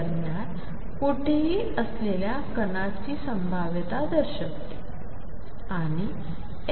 दरम्यान कुठेही असलेल्या कणाची संभाव्यता दर्शवते आणि x